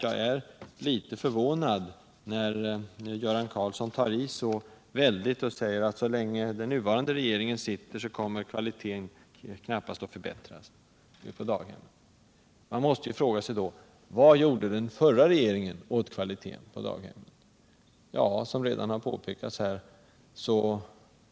Jag är litet förvånad över att Göran Karlsson tar i så väldigt. Han sade att så länge den nuvarande regeringen sitter kvar kommer kvaliteten på daghemmen knappast att förbättras. Man måste då fråga sig: Vad gjorde den förra regeringen åt kvaliteten på daghemmen?